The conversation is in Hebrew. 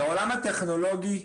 בעולם הטכנולוגי,